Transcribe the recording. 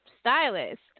stylist